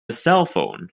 cellphone